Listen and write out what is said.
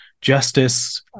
justice